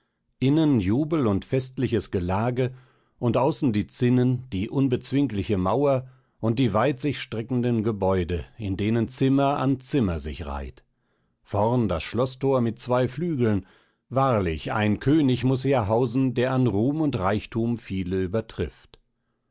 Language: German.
innen jubel und festliches gelage und außen die zinnen die unbezwingliche mauer und die weit sich streckenden gebäude in denen zimmer an zimmer sich reiht vorn das schloßthor mit zwei flügeln wahrlich ein könig muß hier hausen der an ruhm und reichtum viele übertrifft